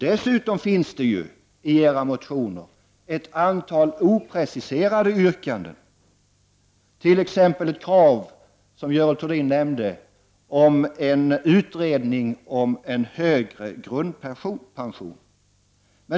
Dessutom finns det ju i era motioner ett antal opreciserade yrkanden, t.ex. krav, som Görel Thurdin nämnde, på utredning om en högre grundpension.